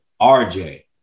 RJ